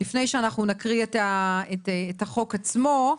לפני שנקריא את החוק עצמו,